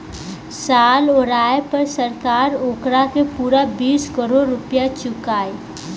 साल ओराये पर सरकार ओकारा के पूरा बीस करोड़ रुपइया चुकाई